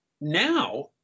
now